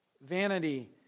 vanity